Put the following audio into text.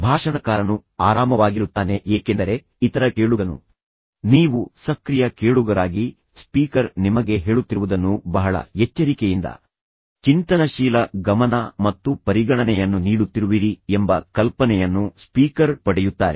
ಭಾಷಣಕಾರನು ಆರಾಮವಾಗಿರುತ್ತಾನೆ ಏಕೆಂದರೆ ಇತರ ಕೇಳುಗನು ನೀವು ಸಕ್ರಿಯ ಕೇಳುಗರಾಗಿ ಸ್ಪೀಕರ್ ನಿಮಗೆ ಹೇಳುತ್ತಿರುವುದನ್ನು ಬಹಳ ಎಚ್ಚರಿಕೆಯಿಂದ ಚಿಂತನಶೀಲ ಗಮನ ಮತ್ತು ಪರಿಗಣನೆಯನ್ನು ನೀಡುತ್ತಿರುವಿರಿ ಎಂಬ ಕಲ್ಪನೆಯನ್ನು ಸ್ಪೀಕರ್ ಪಡೆಯುತ್ತಾರೆ